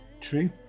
True